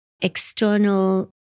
external